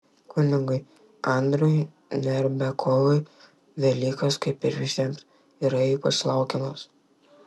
kunigui andriui narbekovui velykos kaip ir visiems yra ypač laukiamos